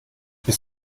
bist